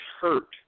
hurt